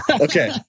Okay